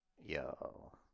Yo